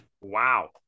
Wow